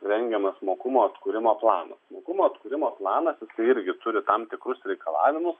rengiamas mokumo atkūrimo planas mokumo atkūrimo planas irgi turi tam tikrus reikalavimus